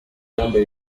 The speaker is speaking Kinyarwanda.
aho